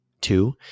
Two